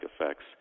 effects